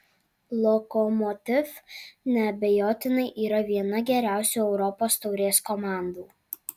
lokomotiv neabejotinai yra viena geriausių europos taurės komandų